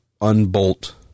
unbolt